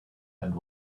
and